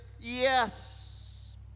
Yes